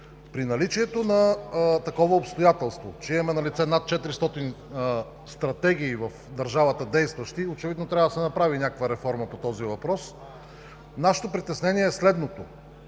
При наличието на такова обстоятелство, че имаме налице над 400 действащи стратегии в държавата, очевидно трябва да се направи някаква реформа по този въпрос, нашето притеснение е следното: